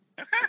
Okay